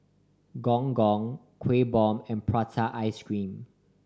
Gong Gong Kuih Bom and prata ice cream